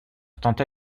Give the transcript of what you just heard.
tenta